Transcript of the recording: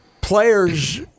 players